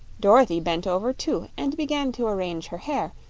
dorothy bent over, too, and began to arrange her hair,